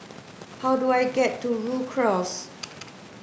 how do I get to Rhu Cross